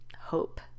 hope